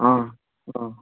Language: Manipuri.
ꯑꯥ ꯑꯥ